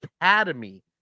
Academy